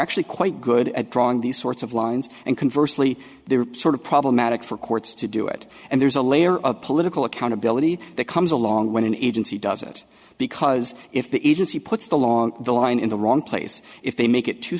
actually quite good at drawing these sorts of lines and converse lee they're sort of problematic for courts to do it and there's a layer of political accountability that comes along when an agency does it because if the agency puts the long the line in the wrong place if they make it too